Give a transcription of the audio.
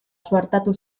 suertatu